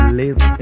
live